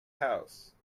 house